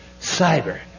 Cyber